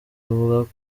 buvuga